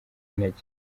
intege